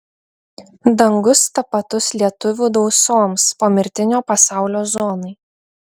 dangus tapatus lietuvių dausoms pomirtinio pasaulio zonai